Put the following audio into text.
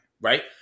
Right